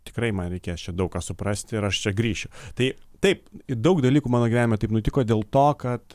tikrai man reikės čia daug ką suprasti ir aš čia grįšiu tai taip daug dalykų mano gyvenime taip nutiko dėl to kad